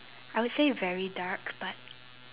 I would say very dark but